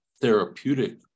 therapeutic